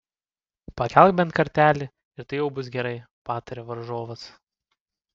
pakelk bent kartelį ir tai jau bus gerai pataria varžovas